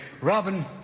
Robin